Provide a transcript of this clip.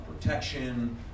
protection